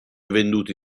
venduti